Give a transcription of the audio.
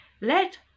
Let